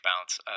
bounce